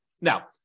Now